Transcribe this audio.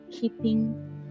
Keeping